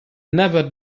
never